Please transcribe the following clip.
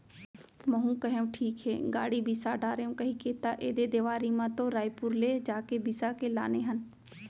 महूँ कहेव ठीक हे गाड़ी बिसा डारव कहिके त ऐदे देवारी तिहर म तो रइपुर ले जाके बिसा के लाने हन